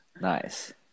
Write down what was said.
Nice